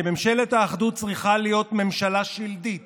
שממשלת האחדות צריכה להיות ממשלה שלדית